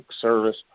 service